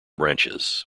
branches